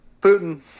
putin